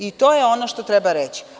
I to je ono što treba reći.